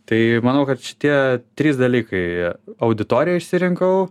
tai manau kad šitie trys dalykai auditoriją išsirinkau